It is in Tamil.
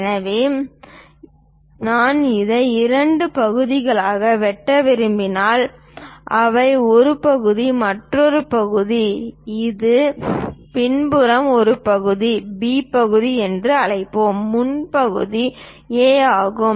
எனவே நான் அதை இரண்டு பகுதிகளாக வெட்ட விரும்பினால் அவை ஒரு பகுதி மற்ற பகுதி இந்த பின்புறம் ஒரு பகுதியை B பகுதி என்று அழைப்போம் முன் பகுதி A ஆகும்